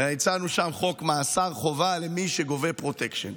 הרי הצענו שם חוק מאסר חובה למי שגובה פרוטקשן.